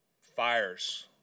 fires